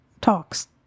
talks